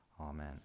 Amen